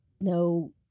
No